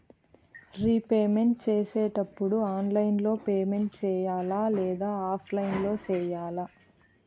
repayment సేసేటప్పుడు online లో payment సేయాలా లేదా ఆఫ్లైన్ లో సేయాలా